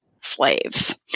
slaves